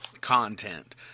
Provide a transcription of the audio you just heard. content